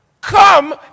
come